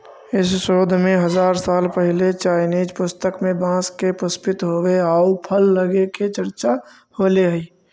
इस शोध में हजार साल पहिले चाइनीज पुस्तक में बाँस के पुष्पित होवे आउ फल लगे के चर्चा होले हइ